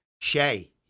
Shay